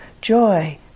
Joy